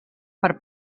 per